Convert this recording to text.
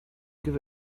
give